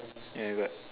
yeah got